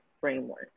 framework